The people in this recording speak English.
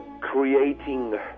creating